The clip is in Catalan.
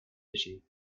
llegir